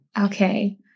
Okay